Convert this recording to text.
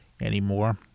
anymore